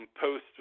post